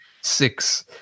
Six